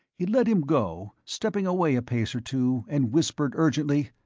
he let him go, stepping away a pace or two, and whispered urgently,